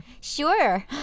Sure